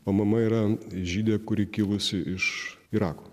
o mama yra žydė kuri kilusi iš irako